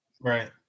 Right